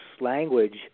language